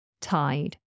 Tide